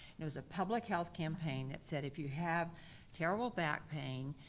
and it was a public health campaign that said if you have terrible back pain,